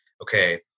okay